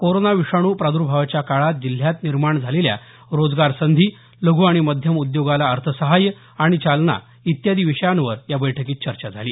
corona विषाणू प्रादुर्भावाच्या काळात जिल्ह्यात निर्माण झालेल्या रोजगार संधी लघ् आणि मध्यम उद्योगाला अर्थसहाय आणि चालना इत्यादी विषयांवर या बैठकीत चर्चा झाली